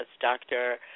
Dr